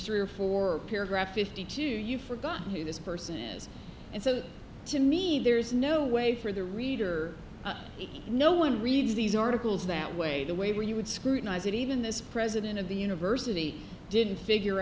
three or four paragraph fifty two you forgot who this person is and so to me there's no way for the reader no one reads these articles that way the way where you would scrutinize it even this president of the university didn't figure